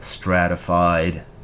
stratified